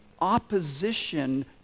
opposition